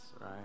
right